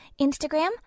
instagram